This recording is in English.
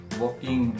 walking